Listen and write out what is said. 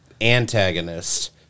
antagonist